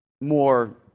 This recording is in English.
more